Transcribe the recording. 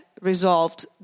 resolved